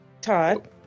Todd